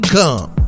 come